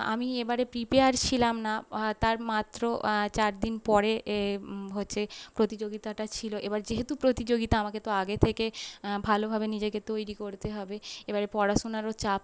আমি এবারে প্রিপেয়ার ছিলাম না তার মাত্র চার দিন পরে এ হচ্ছে প্রতিযোগিতাটা ছিল এবার যেহেতু প্রতিযোগিতা আমাকে তো আগে থেকে ভালোভাবে নিজেকে তৈরি করতে হবে এবারে পড়াশোনারও চাপ